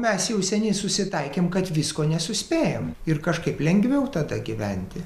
mes jau seniai susitaikėm kad visko nesuspėjam ir kažkaip lengviau tada gyventi